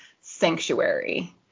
sanctuary